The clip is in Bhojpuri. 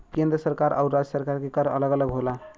केंद्र सरकार आउर राज्य सरकार के कर अलग अलग होला